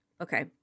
Okay